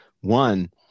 One